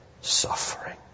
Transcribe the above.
suffering